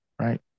right